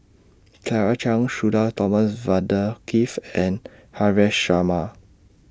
Claire Chiang Sudhir Thomas Vadaketh and Haresh Sharma